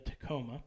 Tacoma